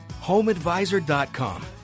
HomeAdvisor.com